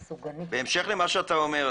בהמשך למה שאתה אומר,